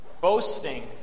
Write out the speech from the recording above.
Boasting